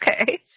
okay